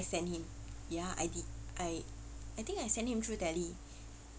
then I send him ya I did I I think I sent him through tele